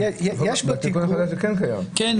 כן.